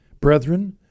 Brethren